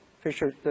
Fisher